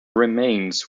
remains